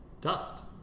dust